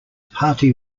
party